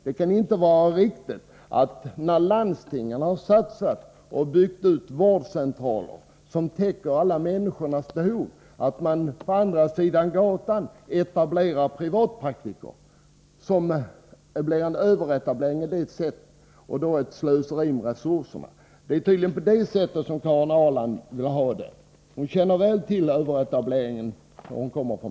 Det kan inte vara riktigt att man, när landstingen har satsat på utbyggnad av en vårdcentral som täcker alla invånares behov, på andra sidan gatan etablerar privatpraktiker. En sådan överetablering innebär ett slöseri med resurserna. Det är tydligen på det sättet Karin Ahrland vill ha det. Hon kommer från Malmö och känner väl till överetableringen där.